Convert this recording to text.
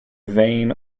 vein